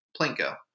Plinko